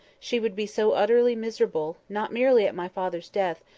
she would be so utterly miserable, not merely at my father's death,